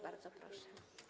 Bardzo proszę.